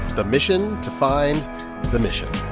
the mission to find the mission